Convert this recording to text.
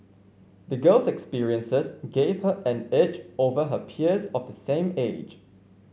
the girl's experiences gave her an edge over her peers of the same age